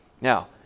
Now